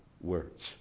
words